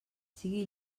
sigui